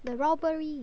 的 robbery